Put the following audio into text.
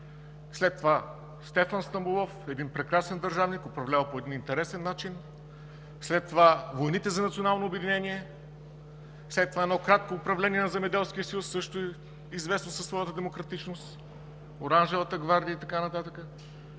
след това Стефан Стамболов – прекрасен държавник, управлявал по интересен начин, след това войните за национално обединение, след това кратко управление на Земеделския съюз, също известно със своята демократичност, Оранжевата гвардия и така нататък,